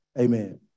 Amen